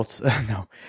No